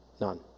None